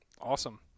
awesome